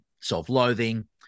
self-loathing